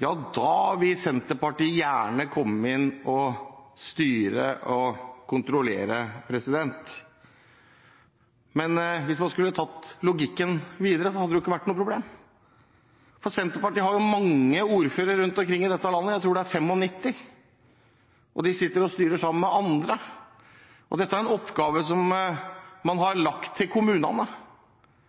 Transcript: da vil Senterpartiet gjerne komme inn og styre og kontrollere. Hvis man skulle fulgt logikken videre, hadde det ikke vært noe problem, for Senterpartiet har mange ordførere rundt omkring i dette landet – jeg tror det er 95 – og de sitter og styrer sammen med andre. Dette er en oppgave som man har lagt til kommunene,